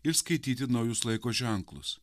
ir skaityti naujus laiko ženklus